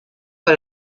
por